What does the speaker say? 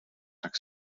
tak